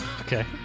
Okay